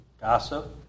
Gossip